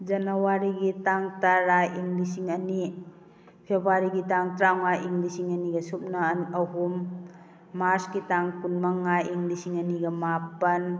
ꯖꯅꯋꯥꯔꯤꯒꯤ ꯇꯥꯡ ꯇꯔꯥ ꯏꯪ ꯂꯤꯁꯤꯡ ꯑꯅꯤ ꯐꯦꯕꯋꯥꯔꯤꯒꯤ ꯇꯥꯡ ꯇꯔꯥꯃꯉꯥ ꯏꯪ ꯂꯤꯁꯤꯡ ꯑꯅꯤꯒ ꯁꯨꯞꯅ ꯑꯍꯨꯝ ꯃꯥꯔꯁꯀꯤ ꯇꯥꯡ ꯀꯨꯟ ꯃꯉꯥ ꯏꯪ ꯂꯤꯁꯤꯡ ꯑꯅꯤꯒ ꯃꯥꯄꯟ